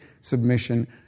submission